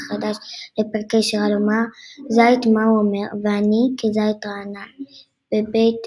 חדש לפרקי שירה לומר; זית מה הוא אומר; ואנ֤י "כז֣ית ר֭ענן" בב֣ית